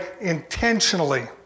intentionally